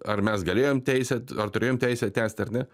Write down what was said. ar mes galėjom teisėt ar turėjom teisę tęsti ar ne